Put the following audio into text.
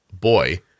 boy